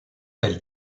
elle